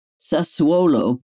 Sassuolo